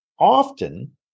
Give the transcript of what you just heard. often